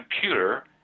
computer